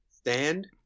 stand